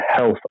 health